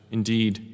Indeed